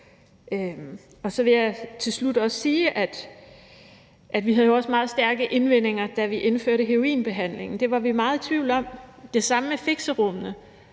til det. Til slut vil jeg sige, at vi jo også havde meget stærke indvendinger, da vi indførte heroinbehandlingen. Det var vi meget i tvivl om, og det var det samme med fixerummene.